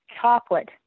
chocolate